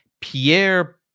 Pierre